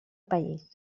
país